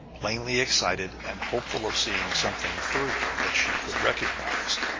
plainly excited and hopeful of seeing something further that she could recognize.